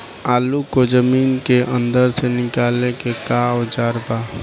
आलू को जमीन के अंदर से निकाले के का औजार बा?